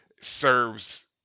serves